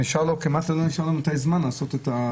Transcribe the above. כמעט לא נשאר לו זמן לעשות את האנטיגן.